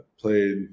played